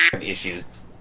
issues